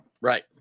Right